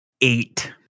Eight